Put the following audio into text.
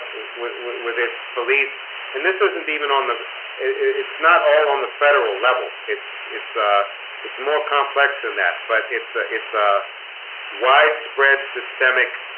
with its with its police and this isn't even on the it's not all on the federal level. it's it's ah it's more complex than that but it's a it's a widespread systemic